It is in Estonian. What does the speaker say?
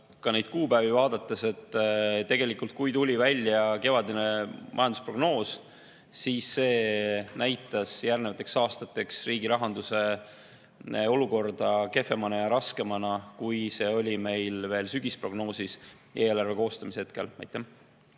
Neid kuupäevi vaadates, tegelikult, kui tuli välja kevadine majandusprognoos, siis see näitas järgnevateks aastateks riigi rahanduse olukorda kehvemana ja raskemana, kui see oli meil veel sügisprognoosis eelarve koostamise hetkel. Aitäh,